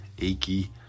achy